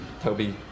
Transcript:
Toby